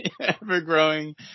ever-growing